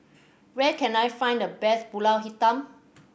where can I find the best Pulut Hitam